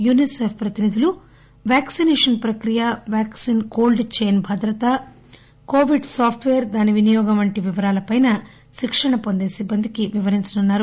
UNICEF ప్రతినిధులు vaccination ప్రక్రియ vaccine cold chain భద్రత కోవిడ్ సాప్ట్ పేర్ దాని వినియోగం వంటి వివరాలపై శిక్షణ పొందే సిబ్బందికి వివరిస్తారు